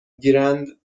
گیرند